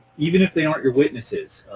even if they aren't your witnesses,